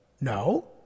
No